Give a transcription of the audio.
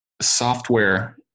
software